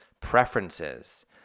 preferences